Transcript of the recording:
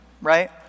right